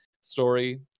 story